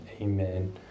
Amen